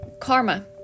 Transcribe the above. Karma